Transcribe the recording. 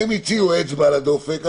הם הציעו אצבע על הדופק,